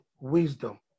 wisdom